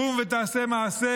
קום ותעשה מעשה,